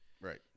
right